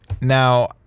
Now